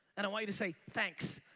and i want you to say thanks.